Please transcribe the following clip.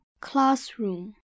Classroom